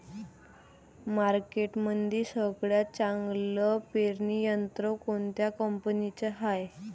मार्केटमंदी सगळ्यात चांगलं पेरणी यंत्र कोनत्या कंपनीचं हाये?